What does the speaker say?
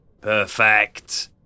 Perfect